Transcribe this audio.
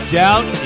doubt